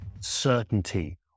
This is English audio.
Certainty